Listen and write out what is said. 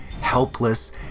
helpless